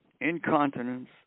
Incontinence